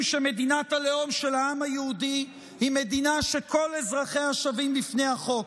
שמדינת הלאום של העם היהודי היא מדינה שכל אזרחיה שווים בפני החוק,